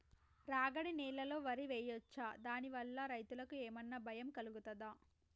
రాగడి నేలలో వరి వేయచ్చా దాని వల్ల రైతులకు ఏమన్నా భయం కలుగుతదా?